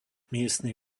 miestny